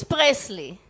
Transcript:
Presley